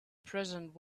present